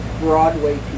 broadway